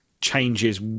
changes